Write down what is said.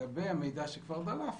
לגבי המידע שכבר דלף,